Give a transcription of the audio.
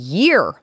year